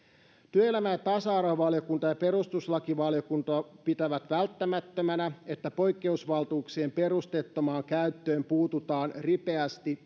työelämä ja tasa arvovaliokunta ja perustuslakivaliokunta pitävät välttämättömänä että poikkeusvaltuuksien perusteettomaan käyttöön puututaan ripeästi